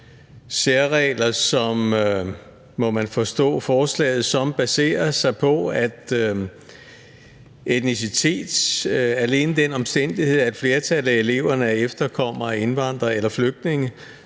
særregler, som, må man forstå på forslaget, baserer sig på etnicitet; alene den omstændighed, at flertallet af eleverne er efterkommere af indvandrere eller flygtninge,